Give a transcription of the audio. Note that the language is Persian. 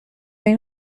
این